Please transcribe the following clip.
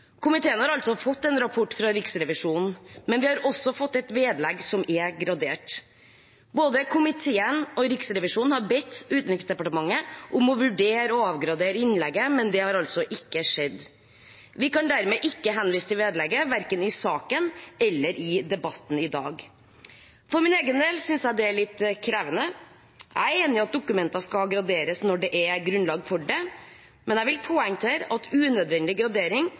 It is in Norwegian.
Komiteen har fått en rapport fra Riksrevisjonen, men vi har også fått et vedlegg som er gradert. Både komiteen og Riksrevisjonen har bedt Utenriksdepartementet om å vurdere å avgradere vedlegget, men det har ikke skjedd. Vi kan dermed ikke henvise til vedlegget, verken i saken eller i debatten i dag. For min egen del synes jeg det er litt krevende. Jeg er enig i at dokumenter skal graderes når det er grunnlag for det, men jeg vil poengtere at unødvendig gradering